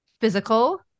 physical